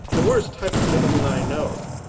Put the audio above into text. the worst type of gentleman i know.